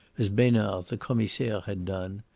as besnard, the commissaire, had done,